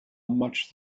much